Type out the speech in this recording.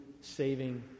saving